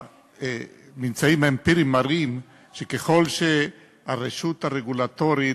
הממצאים האמפיריים מראים שככל שהרשות הרגולטורית,